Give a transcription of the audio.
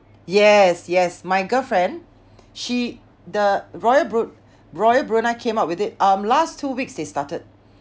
yes yes my girlfriend she the royal bru~ royal Brunei came up with it um last two weeks they started